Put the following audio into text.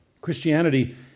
Christianity